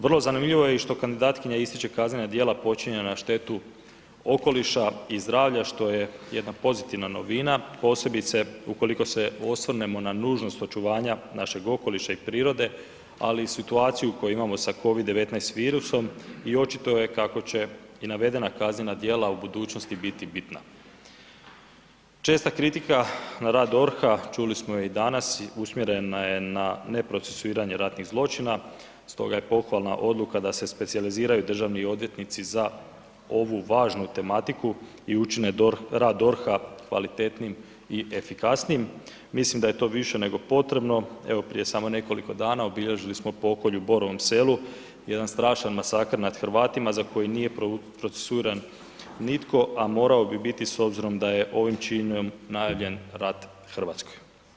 Vrlo zanimljivo je i što kandidatkinja ističe i kaznena djela počinjena na štetu okoliša i zdravlja, što je jedna pozitivna novina posebice ukoliko se osvrnemo na nužnost očuvanja našeg okoliša i prirode ali i situaciju koju imamo sa COVID 19 virusom i očito je kako će i navedena kaznena djela u budućnosti biti bitna. česta kritika na rad DORH-a, čuli smo i danas, usmjerena je na neprocesuiranje ratnih zločina stoga je pohvalna odluka da se specijaliziraju državni odvjetnici za ovu važnu tematiku i učine rad DORH-a kvalitetnijim i efikasnijim, mislim da je to više nego potrebno, evo prije samo nekoliko dana obilježili smo pokolj u Borovom selu, jedan strašan masakr nad Hrvatima za koji nije procesuiran nitko a morao bi biti s obzirom da je ovim činom najavljen rat Hrvatskoj.